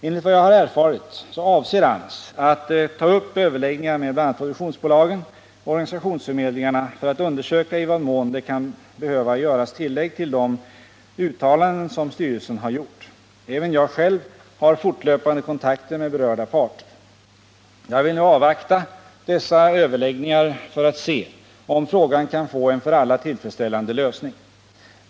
Enligt vad jag har erfarit avser AMS att ta upp överläggningar med bl.a. produktionsbolagen och organisationsförmedlingarna för att undersöka i vad mån det kan behöva göras tillägg till de uttalanden som styrelsen har gjort. Även jag själv har fortlöpande kontakter med berörda parter. Jag vill nu avvakta dessa överläggningar för att se om frågan kan få en för alla tillfredsställande lösning.